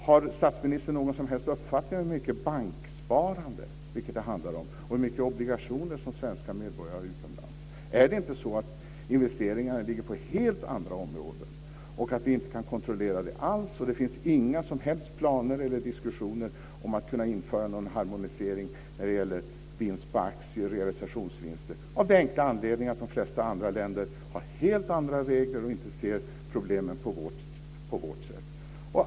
Har finansministern någon som helst uppfattning om hur mycket banksparande det handlar om och hur mycket obligationer svenska medborgare har utomlands? Är det inte så att investeringarna ligger på helt andra områden och att vi inte kan kontrollera det här alls? Är det inte så att det inte finns några som helst planer på eller diskussioner om att införa harmonisering när det gäller vinst på aktier och realisationsvinster av den enkla anledningen att de flesta länder har helt andra regler och inte ser problemet på vårt sätt?